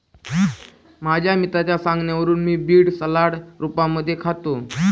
माझ्या मित्राच्या सांगण्यावरून मी बीड सलाड रूपामध्ये खातो